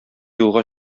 юлга